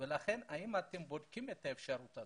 לכן האם אתם בודקים את האפשרות הזו?